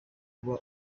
kuba